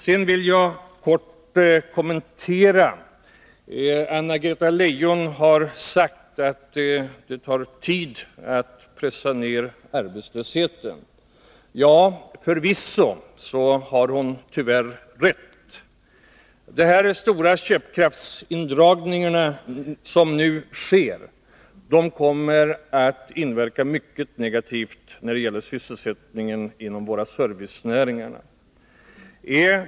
Sedan vill jag kort kommentera Anna-Greta Leijons uttalande att det tar tid att pressa ned arbetslösheten. Förvisso har hon tyvärr rätt. De stora köpkraftsindragningar som nu sker kommer att inverka mycket negativt på sysselsättningen inom våra servicenäringar.